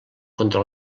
contra